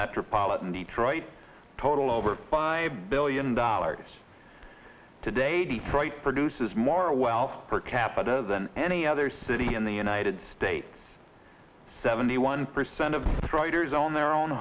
metropolitan detroit over five billion dollars today detroit produces more wealth per capita than any other city in the united states seventy one percent of writers own their own